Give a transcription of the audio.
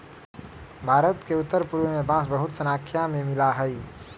भारत के उत्तर पूर्व में बांस बहुत स्नाख्या में मिला हई